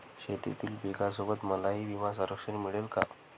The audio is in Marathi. शेतीतील पिकासोबत मलाही विमा संरक्षण मिळेल का?